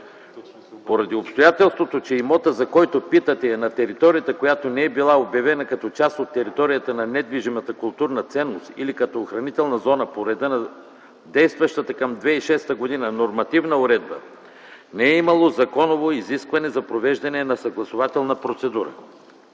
Поради обстоятелството, че имотът, за който питате, е на територия, която не е била обявена като част от територията на недвижимата културна ценност или като охранителна зона по реда на действащата към 2006 г. нормативна уредба, не е имало законово изискване за провеждане на съгласувателна процедура